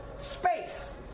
space